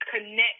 connect